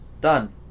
Done